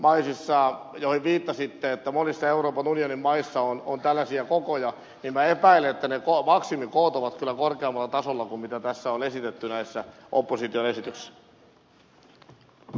ja kun viittasitte että monissa euroopan unionin maissa olisi tällaisia kokoja niin minä epäilen että ne maksimikoot ovat kyllä korkeammalla tasolla kuin mitä on esitetty näissä opposition esityksissä